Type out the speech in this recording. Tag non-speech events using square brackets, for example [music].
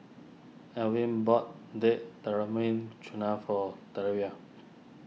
Elvin bought Date Tamarind [unintelligible] for [unintelligible]